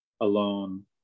alone